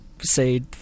say